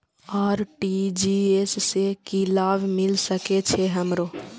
RTGS से की लाभ मिल सके छे हमरो?